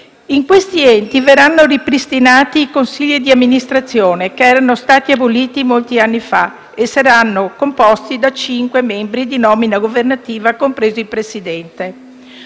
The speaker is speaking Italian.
In questi enti verranno ripristinati i consigli di amministrazione che erano stati aboliti molti anni fa, che saranno composti da cinque membri di nomina governativa, compreso il presidente.